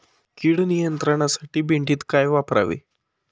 कीड नियंत्रणासाठी भेंडीत काय वापरावे?